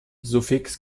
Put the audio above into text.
suffix